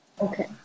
Okay